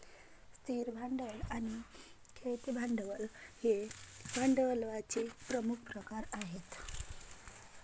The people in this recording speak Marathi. स्थिर भांडवल आणि खेळते भांडवल हे भांडवलाचे प्रमुख प्रकार आहेत